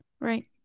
right